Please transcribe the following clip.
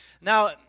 Now